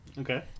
Okay